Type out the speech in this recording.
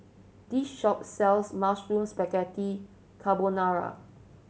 this shop sells Mushroom Spaghetti Carbonara